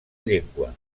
llengua